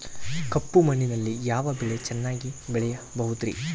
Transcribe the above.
ಕಪ್ಪು ಮಣ್ಣಿನಲ್ಲಿ ಯಾವ ಬೆಳೆ ಚೆನ್ನಾಗಿ ಬೆಳೆಯಬಹುದ್ರಿ?